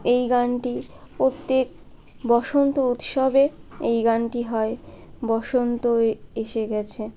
এই গানটি প্রত্যেক বসন্ত উৎসবে এই গানটি হয় বসন্ত এসে গেছে